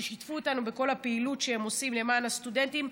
ששיתפו אותנו בכל הפעילות שהם עושים למען הסטודנטים,